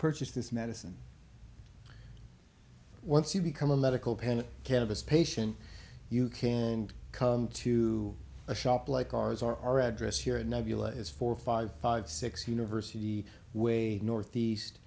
purchase this medicine once you become a medical cannabis patient you can come to a shop like ours or our address here is four five five six university the way northeast